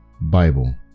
Bible